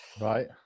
Right